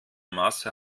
masse